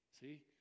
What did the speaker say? See